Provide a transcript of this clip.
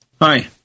Hi